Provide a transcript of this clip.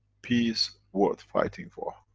peace worth fighting for.